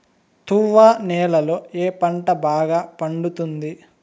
తువ్వ నేలలో ఏ పంట బాగా పండుతుంది?